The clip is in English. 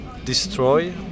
destroy